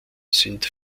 sind